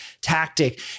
tactic